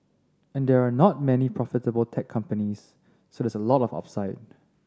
and there are not many profitable tech companies so there's a lot of upside